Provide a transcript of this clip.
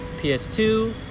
PS2